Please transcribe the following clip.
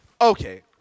Okay